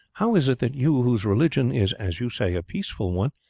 how is it that you, whose religion is as you say a peaceful one,